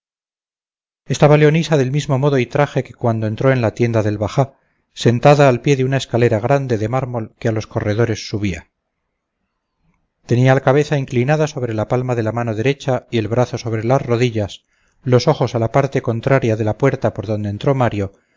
estaba leonisa del mismo modo y traje que cuando entró en la tienda del bajá sentada al pie de una escalera grande de mármol que a los corredores subía tenía la cabeza inclinada sobre la palma de la mano derecha y el brazo sobre las rodillas los ojos a la parte contraria de la puerta por donde entró mario